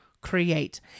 create